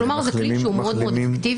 כלומר, זה כלי שהוא מאוד אקטיבי.